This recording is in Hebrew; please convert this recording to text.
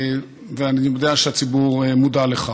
ואני יודע שהציבור מודע לכך.